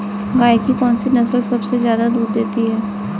गाय की कौनसी नस्ल सबसे ज्यादा दूध देती है?